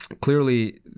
clearly